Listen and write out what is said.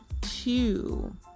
two